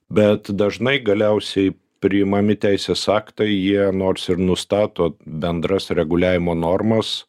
bet dažnai galiausiai priimami teisės aktai jie nors ir nustato bendras reguliavimo normas